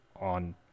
on